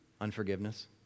Unforgiveness